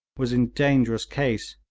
was in dangerous case,